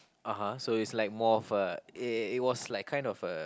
(uh huh) so it's like more of a it it was like kind of a